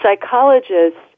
Psychologists